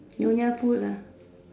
Nyonya food lah